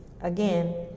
Again